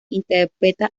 interpreta